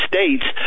States